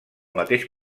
mateix